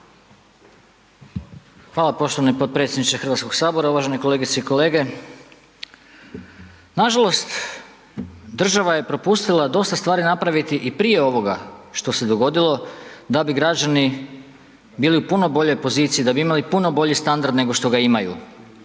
Hvala poštovani potpredsjedniče HS, uvažene kolegice i kolege. Nažalost, država je propustila dosta stvari napraviti i prije ovoga što se dogodilo da bi građani bili u puno boljoj poziciji, da bi imali puno bolji standard nego što ga imaju.